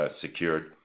secured